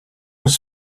was